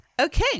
Okay